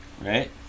right